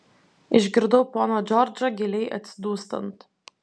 išgirdau poną džordžą giliai atsidūstant